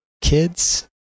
kids